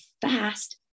fast